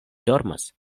dormas